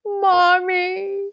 Mommy